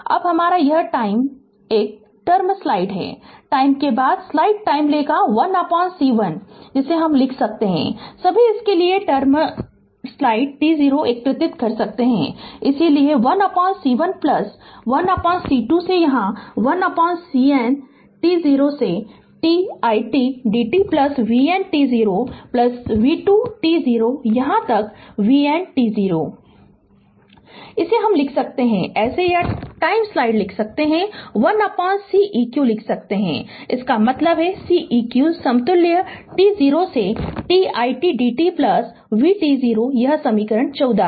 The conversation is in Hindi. अब हमारा यह स्लाइड टाइम एक टर्मस्लाइड है टाइम के बाद स्लाइड टाइम लेगा 1C1 लिख सकते है सभी इसके लिए सभी टर्म t0 एकत्र कर सकते हैं इसलिए 1C1 1C2 से यहाँ 1CN t0 to t it dt v1 t0 v2 t0 यहाँ तक vn t0 Refer slide time 1003 हम इसे लिख सकते हैं एसे या स्लाइड टाइम लिख सकते हैं 1Ceq लिख सकते हैं इसका मतलब है Ceq समतुल्य t0 से t it dt vt0 यह समीकरण 14 है